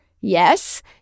Yes